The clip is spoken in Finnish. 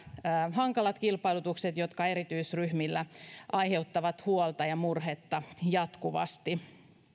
hankalat kilpailutukset jotka erityisryhmillä aiheuttavat huolta ja murhetta jatkuvasti